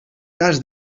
cas